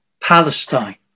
Palestine